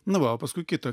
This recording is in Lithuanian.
na va o paskui kitą